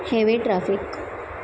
heavy traffic